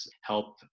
help